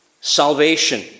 salvation